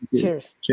Cheers